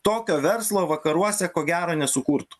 tokio verslo vakaruose ko gero nesukurtų